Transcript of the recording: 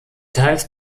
teils